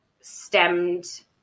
stemmed